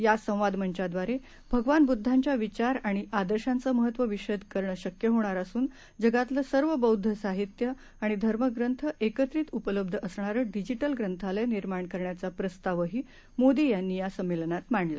या संवाद मंचाद्वारे भगवान बुद्धाच्या विचार आणि आदर्शांचं महत्व विषद करण शक्य होणार असून जगातलं सर्व बौद्ध साहित्य आणि धर्मग्रंथ एकत्रित उपलब्ध असणार डिजिटल ग्रंथालय निर्माण करण्याचा प्रस्तावही मोदी यांनी या संमेलनात मांडला